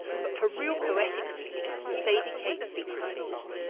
but for real poetic feeling, sadie kate beats us all.